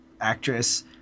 actress